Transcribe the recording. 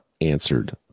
answered